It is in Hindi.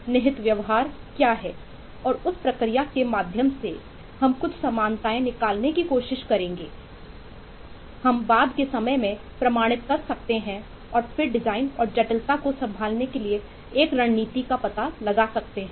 निहित व्यवहार क्या है और उस प्रक्रिया के माध्यम से हम कुछ समानताएं निकालने की कोशिश करेंगे हम बाद के समय में प्रमाणित कर सकते हैं और फिर डिजाइन और जटिलता को संभालने के लिए एक रणनीति का पता लगा सकते हैं